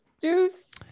Deuce